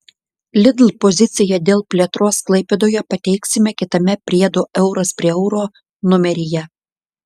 lidl poziciją dėl plėtros klaipėdoje pateiksime kitame priedo euras prie euro numeryje